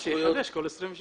שיחדש כל 27 חודשים.